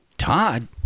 Todd